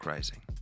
Rising